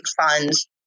funds